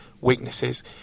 weaknesses